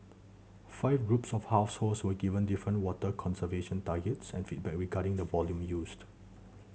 five groups of households were given different water conservation targets and feedback regarding the volume used